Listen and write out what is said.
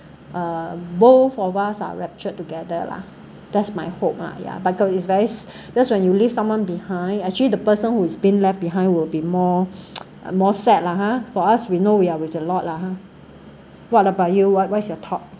uh both of us are raptured together lah that's my hope ah ya because it's where is when you leave someone behind actually the person who's been left behind will be more more sad lah ha for us we know we are with the lord lah ha what about you what what is your thought